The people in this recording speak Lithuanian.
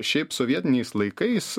šiaip sovietiniais laikais